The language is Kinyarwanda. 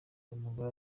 umugore